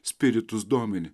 spiritus domini